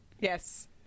Yes